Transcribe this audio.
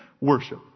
worship